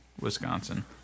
Wisconsin